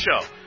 Show